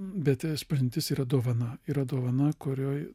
bet išpažintis yra dovana yra dovana kurioj